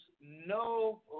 no